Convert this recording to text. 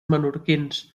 menorquins